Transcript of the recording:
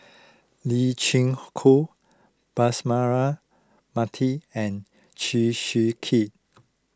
Lee Chin Koon Bus Mara Mathi and Chew Swee Kee